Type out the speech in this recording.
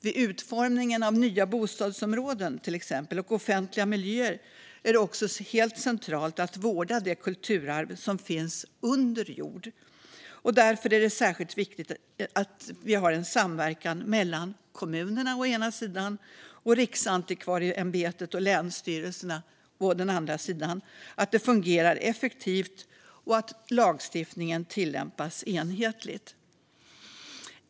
Vid utformningen av nya bostadsområden, till exempel, och offentliga miljöer är det också helt centralt att vårda det kulturarv som finns under jord. Därför är det särskilt viktigt att samverkan mellan kommunerna å ena sidan och Riksantikvarieämbetet och länsstyrelserna å andra sidan fungerar effektivt och att lagstiftningen tillämpas enhetligt.